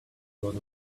was